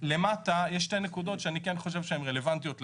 למטה יש שתי נקודות שאני כן חושב שהן רלוונטיות לדיון.